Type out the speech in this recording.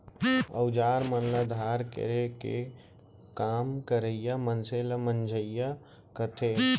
अउजार मन ल धार करे के काम करइया मनसे ल मंजइया कथें